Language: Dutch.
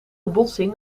botsing